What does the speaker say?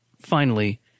finally